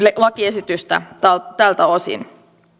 lakiesitystä tältä osin